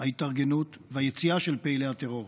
ההתארגנות והיציאה של פעילי הטרור,